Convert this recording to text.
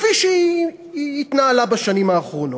כפי שהיא התנהלה בשנים האחרונות,